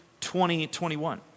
2021